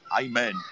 Amen